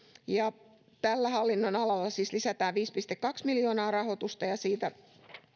tällä hallinnonalalla siis lisätään viisi pilkku kaksi miljoonaa rahoitusta ja siitä